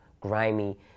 grimy